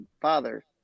father